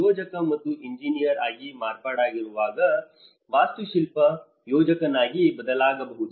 ಯೋಜಕ ಮತ್ತು ಎಂಜಿನಿಯರ್ ಆಗಿ ಮಾರ್ಪಾಡಾಗಿರುವ ವಾಸ್ತುಶಿಲ್ಪಿ ಯೋಜಕನಾಗಿ ಬದಲಾಗಬಹುದು